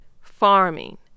farming